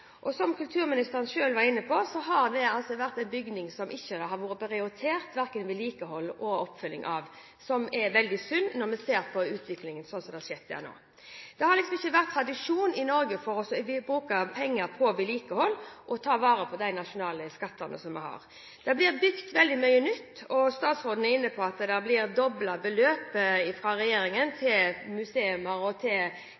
vedlikehold og oppfølging, noe som er veldig synd når vi ser på utviklingen som har skjedd til nå. Det har ikke vært tradisjon i Norge for å bruke penger på vedlikehold og ta vare på de nasjonale skattene vi har. Det blir bygd veldig mye nytt. Statsråden er inne på at beløpet fra regjeringen til museer og kunstinstitusjoner er blitt doblet. Det er på grunn av at regjeringen